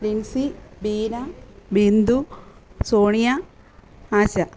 Binsi Beena Bindu Sonia Asha